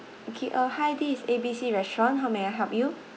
okay uh hi this is A B C restaurant how may I help you